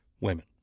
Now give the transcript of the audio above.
women